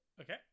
Okay